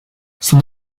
son